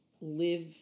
live